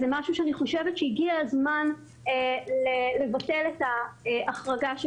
אני חושבת שהגיע הזמן לבטל את ההחרגה של